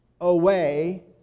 away